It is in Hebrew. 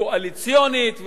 קואליציונית,